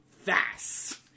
fast